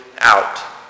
out